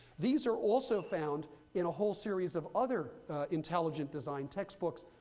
these are also found in a whole series of other intelligent design textbooks,